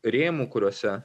rėmų kuriuose